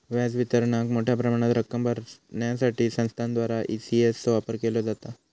व्याज वितरणाक मोठ्या प्रमाणात रक्कम भरण्यासाठी संस्थांद्वारा ई.सी.एस चो वापर केलो जाता